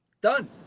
Done